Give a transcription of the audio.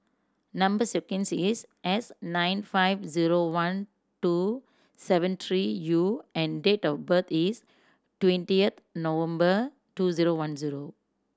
number sequence is S nine five zero one two seven three U and date of birth is twentieth November two zero one zero